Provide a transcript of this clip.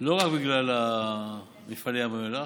לא רק בגלל מפעלי ים המלח,